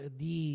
di